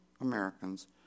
Americans